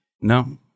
No